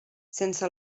sense